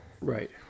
Right